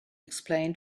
explain